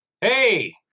Hey